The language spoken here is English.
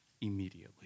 immediately